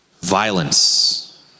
violence